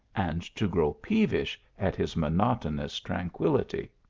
and to grow pee vish at his monotonous tranquillity.